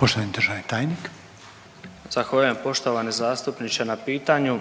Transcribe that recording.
Josip (HDZ)** Zahvaljujem poštovani zastupniče na pitanju.